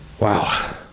Wow